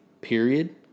period